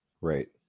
Right